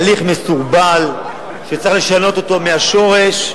הליך מסורבל, שצריך לשנות אותו מהשורש,